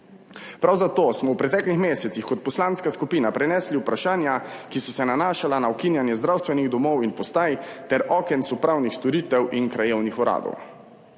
Prav zato smo v preteklih mesecih kot poslanska skupina prenesli vprašanja, ki so se nanašala na ukinjanje zdravstvenih domov in postaj ter okenc upravnih storitev in krajevnih uradov.